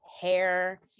hair